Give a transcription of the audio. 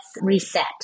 reset